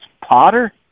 potter